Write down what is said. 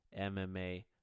MMA